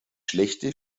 schlechte